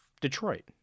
Detroit